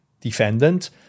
defendant